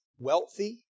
Wealthy